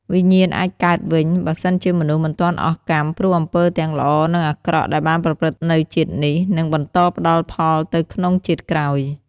វិញ្ញាណអាចកើតវិញ បើសិនជាមនុស្សមិនទាន់អស់កម្ម ព្រោះអំពើទាំងល្អ និងអាក្រក់ ដែលបានប្រព្រឹត្តនៅជាតិនេះ នឹងបន្តផ្តល់ផលទៅក្នុងជាតិក្រោយ ។